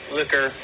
Liquor